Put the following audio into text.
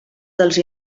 dels